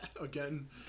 Again